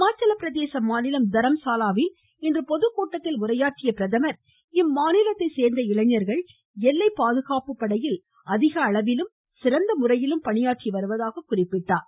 ஹிமாச்சல பிரதேச மாநிலம் தரம்சாலாவில் இன்று பொதுக்கூட்டத்தில் உரையாற்றிய அவர் இம்மாநிலத்தை சேர்ந்த இளைஞர்கள் எல்லை பாதுகாப்பு படையில் சிறந்தமுறையில் பணியாற்றி வருவதாக குறிப்பிட்டார்